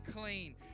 clean